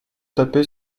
taper